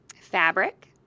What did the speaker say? fabric